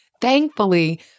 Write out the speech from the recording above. Thankfully